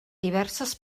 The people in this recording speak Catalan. diverses